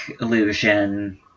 illusion